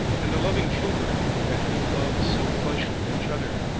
and the loving children, that whom loved so fleshly each other,